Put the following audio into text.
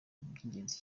iby’ingenzi